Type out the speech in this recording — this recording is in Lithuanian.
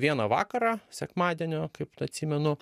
vieną vakarą sekmadienio kaip atsimenu